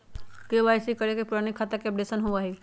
KYC करें से पुराने खाता के अपडेशन होवेई?